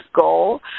goal